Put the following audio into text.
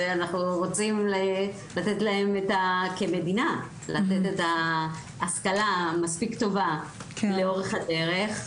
אנחנו רוצים לתת להם כמדינה את ההשכלה המספיק טובה לאורך הדרך,